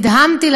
נדהמתי,